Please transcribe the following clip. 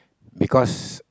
because